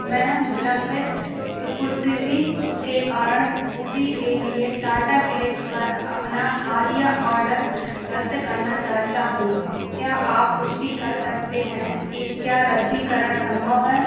मैं विलंबित सुपुर्दगी के कारण हूडी के लिए टाटा क्लिक पर अपना हालिया ऑर्डर रद्द करना चाहता हूं क्या आप पुष्टि कर सकते हैं कि क्या रद्दीकरण संभव है